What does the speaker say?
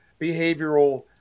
behavioral